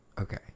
Okay